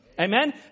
Amen